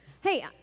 Hey